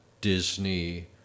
Disney